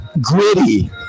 gritty